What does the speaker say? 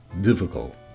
difficult